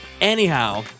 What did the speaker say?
Anyhow